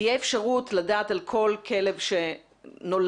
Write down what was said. תהיה אפשרות לדעת על כל כלב שנולד,